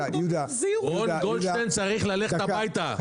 גולדשטיין צריך ללכת הביתה.